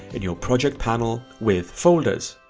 in your project panel with folders.